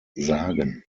sagen